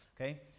okay